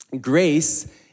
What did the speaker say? Grace